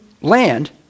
land